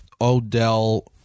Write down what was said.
Odell